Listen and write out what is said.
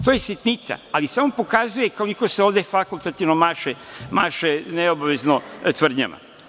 To je sitnica, ali samo pokazuje koliko se ovde fakultativno maše neobavezno tvrdnjama.